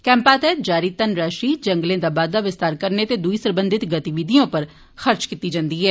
CAMPA तैहत जारी धनराशि जंगलें दा बाददा विस्तार करने ते दूई सरबंधित गतिविधियें पर खर्च कीती जन्दी ऐ